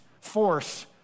force